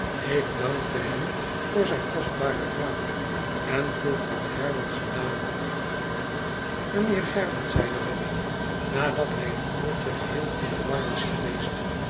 ik dankte hem voor zijn kostbaren raad en vroeg wat herbert gedaan had u mijnheer herbert zeide wemmick nadat hij een half uurtje geheel in de war was geweest